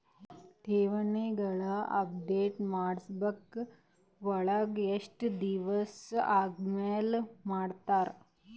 ಠೇವಣಿಗಳ update passbook ವಳಗ ಎಷ್ಟ ದಿವಸ ಆದಮೇಲೆ ಮಾಡ್ತಿರ್?